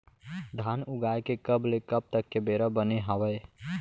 धान उगाए के कब ले कब तक के बेरा बने हावय?